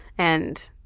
and